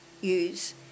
use